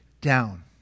down